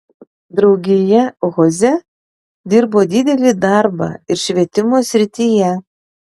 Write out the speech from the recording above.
draugija oze dirbo didelį darbą ir švietimo srityje